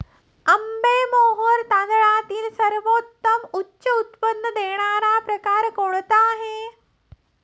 आंबेमोहोर तांदळातील सर्वोत्तम उच्च उत्पन्न देणारा प्रकार कोणता आहे?